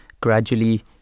gradually